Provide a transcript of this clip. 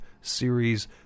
series